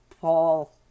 Paul